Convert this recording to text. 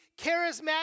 charismatic